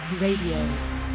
Radio